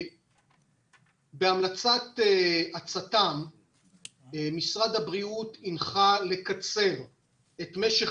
בהמלצת הצט"מ משרד הבריאות הנחה לקצר את משך